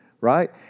right